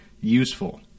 useful